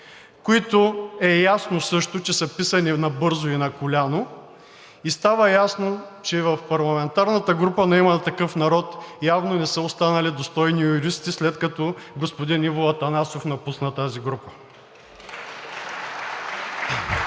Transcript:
които е ясно също, че са писани набързо и на коляно, и става ясно, че в парламентарната група на „Има такъв народ“ явно не са останали достойни юристи, след като господин Иво Атанасов напусна тази група.